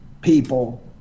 people